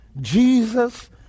Jesus